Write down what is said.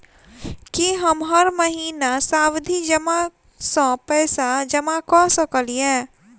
की हम हर महीना सावधि जमा सँ पैसा जमा करऽ सकलिये?